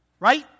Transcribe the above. right